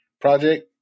project